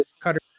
cutter